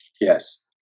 Yes